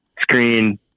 screen